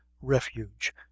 refuge